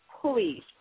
please